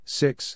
six